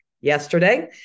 Yesterday